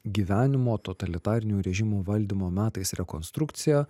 gyvenimo totalitarinių režimų valdymo metais rekonstrukcija